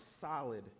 solid